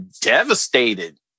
devastated